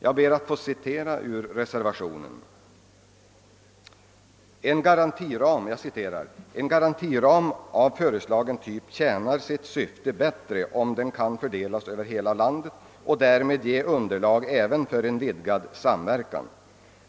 Jag ber att få citera: »En garantiram av föreslagen typ tjänar sitt syfte bättre om den kan fördelas över hela landet och därmed ge underlag även för en vidgad planerad samverkan.